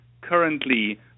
currently